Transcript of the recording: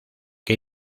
que